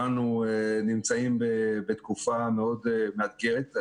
וכולנו נמצאים בתקופה מאוד מאתגרת.